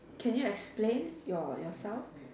can you explain your yourself